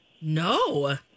No